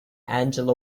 angela